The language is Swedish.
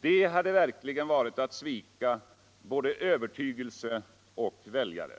det hade verkligen varit att svika både övertygelse och väljare.